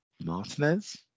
Martinez